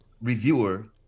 reviewer